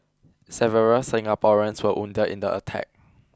several Singaporeans were wounded in the attack